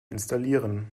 installieren